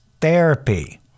therapy